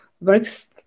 works